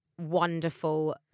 wonderful